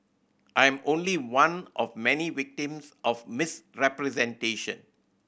I am only one of many victims of misrepresentation